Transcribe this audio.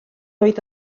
oedd